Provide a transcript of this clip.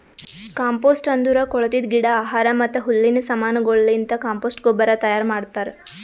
compost ಅಂದುರ್ ಕೊಳತಿದ್ ಗಿಡ, ಆಹಾರ ಮತ್ತ ಹುಲ್ಲಿನ ಸಮಾನಗೊಳಲಿಂತ್ ಕಾಂಪೋಸ್ಟ್ ಗೊಬ್ಬರ ತೈಯಾರ್ ಮಾಡ್ತಾರ್